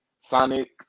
Sonic